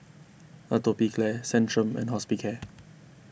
Atopiclair Centrum and Hospicare